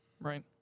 Right